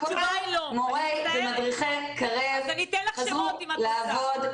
מורי ומדריכי קרב חזרו לעבוד.